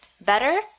better